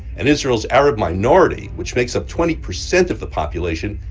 and israel's arab minority, which makes up twenty percent of the population,